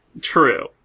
true